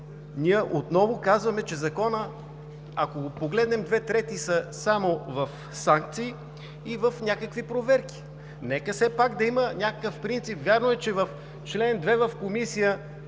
ние отново казваме, че ако погледнем Закона, две трети са само в санкции и в някакви проверки! Нека все пак да има някакъв принцип. Вярно е, че в чл. 2 в Комисията…